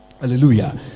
hallelujah